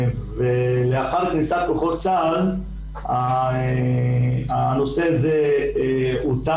לאחר כניסת כוחות צה"ל הנושא הזה הופסק